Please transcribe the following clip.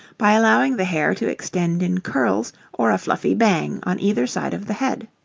by allowing the hair to extend in curls or a fluffy bang on either side of the head.